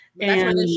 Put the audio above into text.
And-